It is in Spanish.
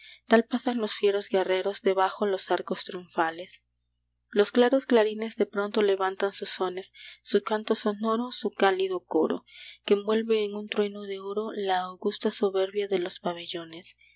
tal pasan los fieros guerreros debajo los arcos triunfales los claros clarines de pronto levantan sus sones su canto sonoro su cálido coro que envuelve en un trueno de oro la augusta soberbia de los pabellones